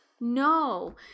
No